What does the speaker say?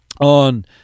on